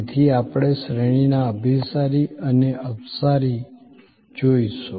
તેથી આપણે શ્રેણીના અભિસારી અને અપસારી જોઈશું